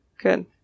Good